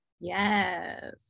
yes